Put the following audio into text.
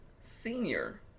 Senior